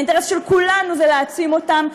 האינטרס של כולנו זה להעצים אותם.